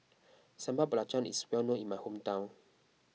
Sambal Belacan is well known in my hometown